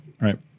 Right